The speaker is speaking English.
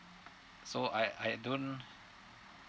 so I I don't